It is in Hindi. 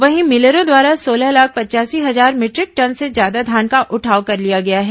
वहीं मिलरों द्वारा सोलह लाख पचयासी हजार मीटरिक टन से ज्यादा धान का उठाव कर लिया गया है